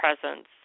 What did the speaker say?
presence